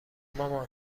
مامان